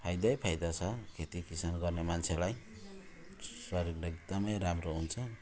फाइदै फाइदा छ खेती किसान गर्ने मान्छेलाई शरीर एकदम राम्रो हुन्छ